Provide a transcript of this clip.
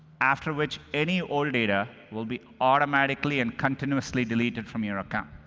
after which any old data will be automatically and continuously deleted from your account.